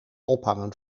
ophangen